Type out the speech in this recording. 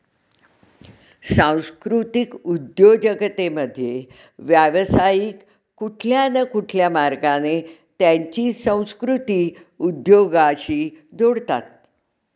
सांस्कृतिक उद्योजकतेमध्ये, व्यावसायिक कुठल्या न कुठल्या मार्गाने त्यांची संस्कृती उद्योगाशी जोडतात